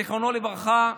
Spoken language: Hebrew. זיכרונו לברכה,